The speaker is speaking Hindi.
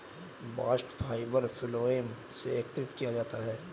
बास्ट फाइबर फ्लोएम से एकत्र किया जाता है